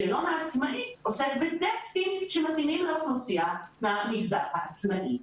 בעוד שהשאלון העצמאי עוסק בטקסטים שמתאימים לאוכלוסייה מהמגזר העצמאי.